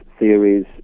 theories